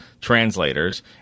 translators